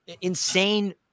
insane